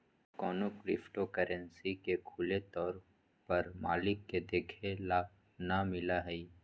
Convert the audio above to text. कौनो crypto currency के खुले तौर पर मालिक के देखे ला ना मिला हई